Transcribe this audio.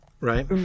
right